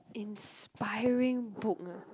inspiring book ah